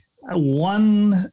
one